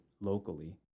locally